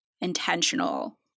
intentional